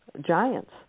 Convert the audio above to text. giants